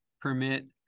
permit